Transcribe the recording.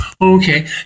Okay